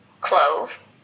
clove